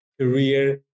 career